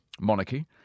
monarchy